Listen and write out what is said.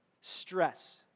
Stress